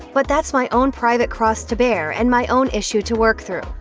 but that's my own private cross to bear and my own issue to work through.